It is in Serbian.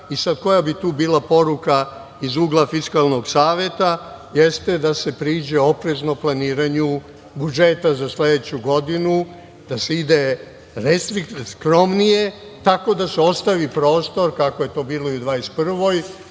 velika. Koja bi tu bila poruka iz ugla Fiskalnog saveta? Jeste da se priđe oprezno o planiranju budžeta za sledeću godinu, da se ide skromnije, tako da se ostavi prostor, kako je to bilo i u 2021.